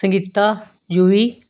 Sangeeta UV